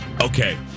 Okay